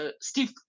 Steve